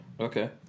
Okay